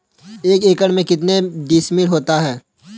एक एकड़ में कितने डिसमिल होता है?